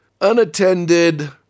unattended